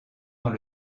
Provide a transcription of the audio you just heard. dans